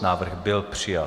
Návrh byl přijat.